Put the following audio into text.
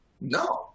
No